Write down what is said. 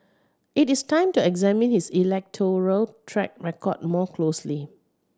it is time to examine his electoral track record more closely